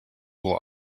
will